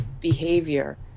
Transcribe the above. behavior